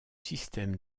système